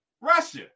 Russia